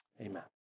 Amen